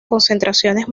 concentraciones